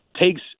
takes